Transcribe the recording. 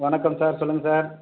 வணக்கம் சார் சொல்லுங்கள் சார்